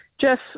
Jeff